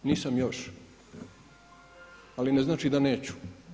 Nisam još, ali ne znači da neću.